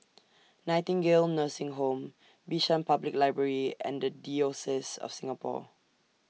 Nightingale Nursing Home Bishan Public Library and The Diocese of Singapore